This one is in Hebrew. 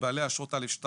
לבעלי אשרות א/2,